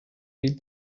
beat